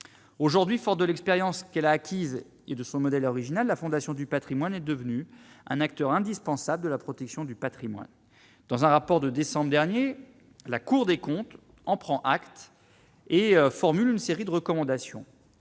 aujourd'hui, fort de l'expérience qu'elle a acquise et de son modèle original, la Fondation du Patrimoine est devenu un acteur indispensable de la protection du Patrimoine dans un rapport de décembre dernier, la Cour des comptes en prend acte et formule une série de recommandations